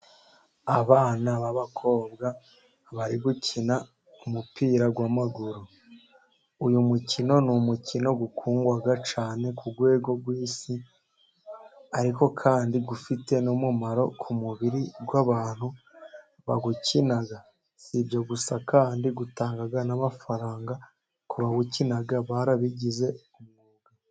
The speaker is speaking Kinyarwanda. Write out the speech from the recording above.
Abana b'abakobwa bari gukina umupira w'amaguru. Uyu mukino ni umukino ukundwa cyane ku rwego rw'isi, ariko kandi ufite n'umumaro ku mubiri w'abantu bawukina. Si ibyo gusa kandi, utanga n'amafaranga ku bawukina barabigize umwuga.